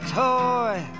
toy